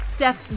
Steph